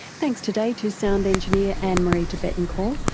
thanks today to sound engineer anne marie debettencort,